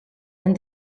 and